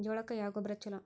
ಜೋಳಕ್ಕ ಯಾವ ಗೊಬ್ಬರ ಛಲೋ?